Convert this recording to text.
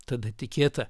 tada tikėta